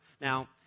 Now